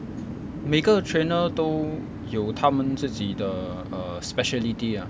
每个 trainer 都有他们自己的 err speciality ah